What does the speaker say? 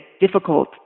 difficult